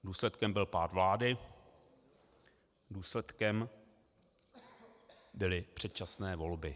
Důsledkem byl pád vlády, důsledkem byly předčasné volby.